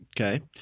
Okay